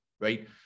right